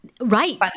Right